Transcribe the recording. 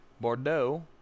Bordeaux